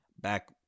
back